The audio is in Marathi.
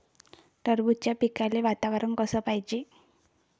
टरबूजाच्या पिकाले वातावरन कस पायजे?